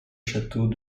château